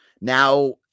now